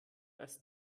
als